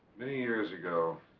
many years ago,